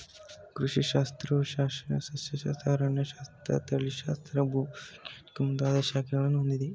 ಕೃಷಿ ಶಾಸ್ತ್ರವು ಸಸ್ಯಶಾಸ್ತ್ರ, ಅರಣ್ಯಶಾಸ್ತ್ರ, ತಳಿಶಾಸ್ತ್ರ, ಭೂವಿಜ್ಞಾನ ಮುಂದಾಗ ಶಾಖೆಗಳನ್ನು ಹೊಂದಿದೆ